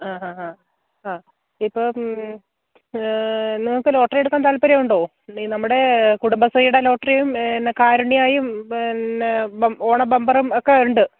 ആ ആ ആ ആ ഇപ്പം നിങ്ങൾക്ക് ലോട്ടറി എടുക്കാൻ താല്പര്യമുണ്ടോ ഇല്ലെങ്കിൽ നമ്മുടെ കുടുംബശ്രീയുടെ ലോട്ടറിയും പിന്നെ കാരുണ്യയും പിന്നെ ഓണം ബമ്പറും ഒക്കെ ഉണ്ട്